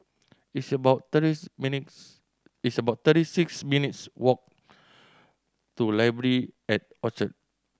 it's about thirty's minutes' it's about thirty six minutes' walk to Library at Orchard